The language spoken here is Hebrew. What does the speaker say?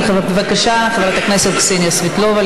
בבקשה, חברת הכנסת קסניה סבטלובה.